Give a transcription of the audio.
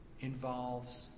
involves